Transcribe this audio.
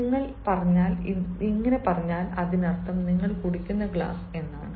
നിങ്ങൾ പറഞ്ഞാൽ അതിനർത്ഥം നിങ്ങൾ കുടിക്കുന്ന ഗ്ലാസ് എന്നാണ്